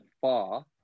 far